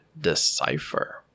Decipher